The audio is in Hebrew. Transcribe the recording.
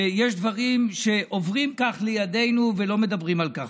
ויש דברים שעוברים כך לידינו ולא מדברים על כך,